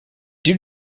due